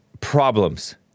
problems